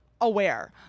Aware